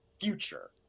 future